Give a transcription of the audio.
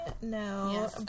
no